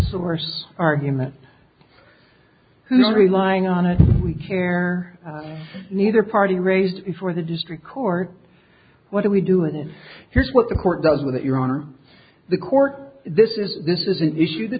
source argument no relying on it we care neither party raised before the district court what are we doing here's what the court does with it your honor the court this is this is an issue the